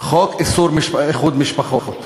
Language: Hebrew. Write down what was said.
חוק איסור איחוד משפחות,